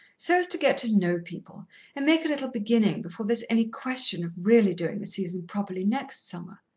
so as to get to know people and make a little beginnin' before there's any question of really doing the season properly next summer.